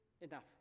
enough